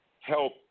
help